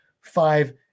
five